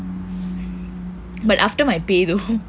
but after my pay though